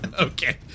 Okay